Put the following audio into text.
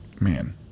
man